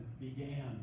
began